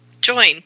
Join